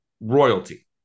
royalty